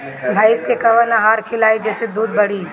भइस के कवन आहार खिलाई जेसे दूध बढ़ी?